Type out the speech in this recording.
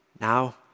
Now